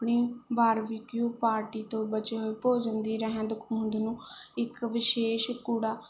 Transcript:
ਆਪਣੀ ਬਾਰ ਵੀ ਕਿਉ ਪਾਰਟੀ ਤੋਂ ਬਚੇ ਹੋਏ ਭੋਜਨ ਦੀ ਰਹਿੰਦ ਖੂੰਹਦ ਨੂੰ ਇੱਕ ਵਿਸ਼ੇਸ਼ ਕੂੜਾ